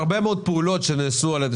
פעולות שמשרד הבריאות הולך לעשות.